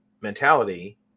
mentality